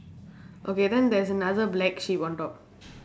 okay then there's another black sheep on top